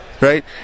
right